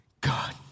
God